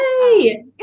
Yay